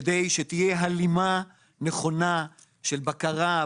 כדי שתהיה הלימה נכונה של בקרה,